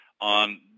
on